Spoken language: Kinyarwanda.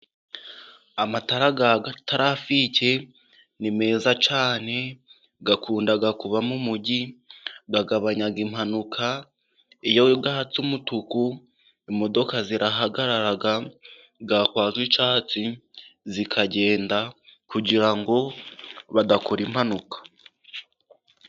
Amatara ya tarafiki ni meza cyane .Akunda kuba mu mujyi ,agabanya impanuka iyo yatse umutuku imodoka zihagarara yakwaka icyatsi, zikagenda kugira ngo badakora impanuka.